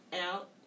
out